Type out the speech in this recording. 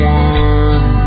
one